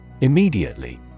Immediately